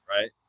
right